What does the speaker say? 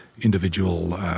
individual